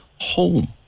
home